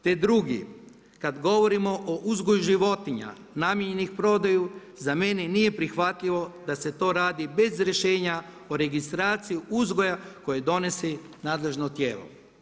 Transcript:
Te drugi, kada govorimo o uzgoju životinja namijenjenim prodaji za mene nije prihvatljivo da se to radi bez rješenja o registraciji uzgoja koje donese nadležno tijelo.